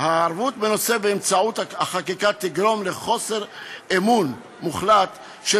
התערבות בנושא באמצעות החקיקה תגרום לחוסר אמון מוחלט של